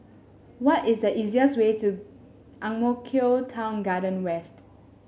what is the easiest way to Ang Mo Kio Town Garden West